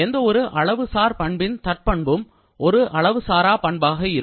எந்த ஒரு அளவு சாரா பண்பின் தற் பண்பும் ஒரு அளவு சாரா பண்பாக இருக்கும்